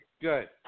Good